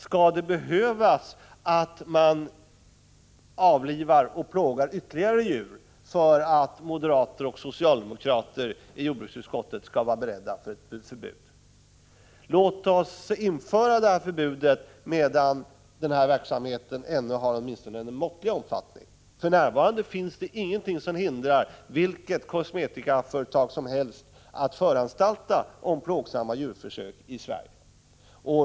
Skall man behöva avliva och plåga ytterligare djur för att moderater och socialdemokrater i jordbruksutskottet skall vara beredda att införa ett förbud? Låt oss införa förbudet medan verksamheten ännu har en måttlig omfattning. För närvarande finns det ingenting som hindrar vilket kosmetikaföretag som helst att föranstalta om plågsamma djurförsök i Sverige.